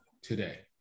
Today